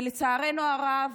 ולצערנו הרב,